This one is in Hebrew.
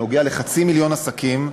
שנוגע לחצי מיליון עסקים,